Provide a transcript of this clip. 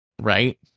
Right